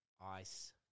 ice